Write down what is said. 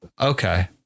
Okay